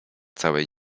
całej